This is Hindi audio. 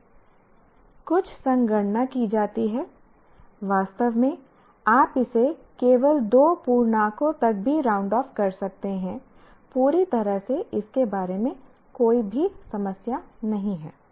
कुछ संगणना की जाती है वास्तव में आप इसे केवल दो पूर्णांकों तक भी राउंड ऑफ कर सकते हैं पूरी तरह से इसके बारे में कोई समस्या नहीं हैं